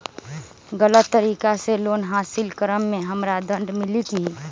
गलत तरीका से लोन हासिल कर्म मे हमरा दंड मिली कि?